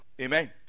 Amen